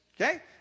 okay